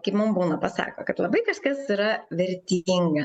kai mum būna pasako kad labai kažkas yra vertinga